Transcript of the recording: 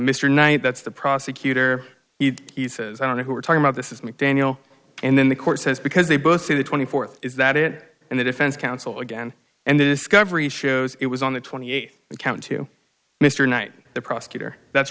mr knight that's the prosecutor he says i don't know who we're talking about this is mcdaniel and then the court says because they both see the twenty fourth is that it and the defense counsel again and the discovery shows it was on the twenty eighth account to mr knight the prosecutor that's